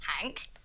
Hank